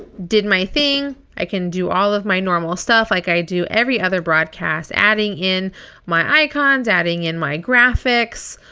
did my thing. i can do all of my normal stuff like i do every other broadcast, adding in my icons, adding in my graphics,